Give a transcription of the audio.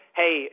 hey